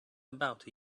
about